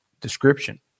description